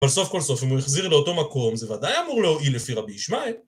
אבל סוף כל סוף, אם הוא החזיר לאותו מקום, זה ודאי אמור להועיל לפי רבי ישמעאל.